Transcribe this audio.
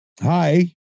Hi